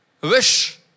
Wish